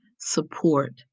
support